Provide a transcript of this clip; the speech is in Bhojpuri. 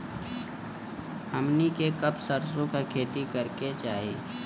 हमनी के कब सरसो क खेती करे के चाही?